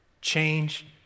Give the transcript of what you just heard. change